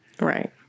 Right